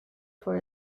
for